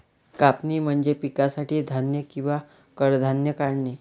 कापणी म्हणजे पिकासाठी धान्य किंवा कडधान्ये काढणे